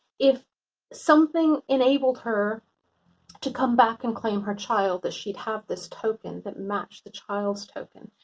if something enabled her to come back and claim her child, that she'd have this token that matched the child's token.